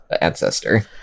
ancestor